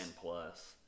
Plus